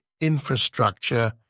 infrastructure